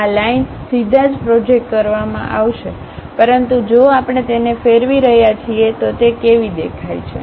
આ લાઈનસ સીધા જ પ્રોજેક્ટ કરવામમાં આવશે પરંતુ જો આપણે તેને ફેરવી રહ્યા છીએ તો તે કેવી દેખાય છે